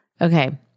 Okay